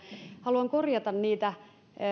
haluan korjata niitä